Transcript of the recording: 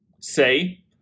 say